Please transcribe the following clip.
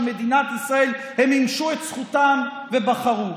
מדינת ישראל הם מימשו את זכותם ובחרו.